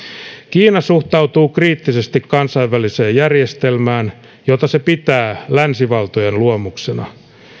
kiina suhtautuu kriittisesti kansainväliseen järjestelmään jota se pitää länsivaltojen luomuksena